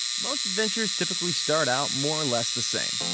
most adventures typically start out more or less the same.